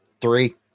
three